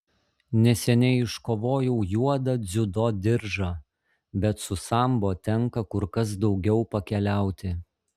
neseniai iškovojau juodą dziudo diržą bet su sambo tenka kur kas daugiau pakeliauti